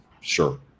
Sure